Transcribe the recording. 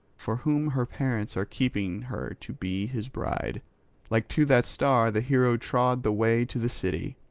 for whom her parents are keeping her to be his bride like to that star the hero trod the way to the city.